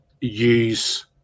use